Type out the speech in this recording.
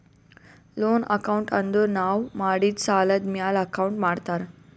loan account ಅಂದುರ್ ನಾವು ಮಾಡಿದ್ ಸಾಲದ್ ಮ್ಯಾಲ ಅಕೌಂಟ್ ಮಾಡ್ತಾರ್